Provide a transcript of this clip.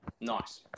Nice